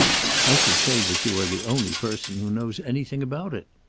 i should say that you are the only person who knows anything about it.